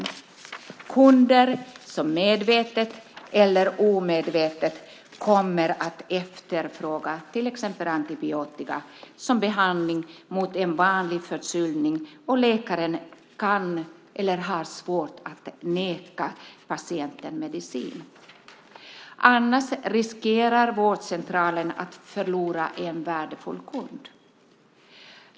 De blir kunder, som medvetet eller omedvetet kommer att efterfråga till exempel antibiotika som behandling mot en vanlig förkylning, och läkaren kan inte eller har svårt att neka patienten medicin. Annars riskerar vårdcentralen att förlora en värdefull "kund".